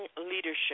leadership